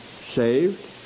saved